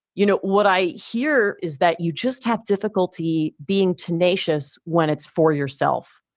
you know, what i hear is that you just have difficulty being tenacious when it's for yourself.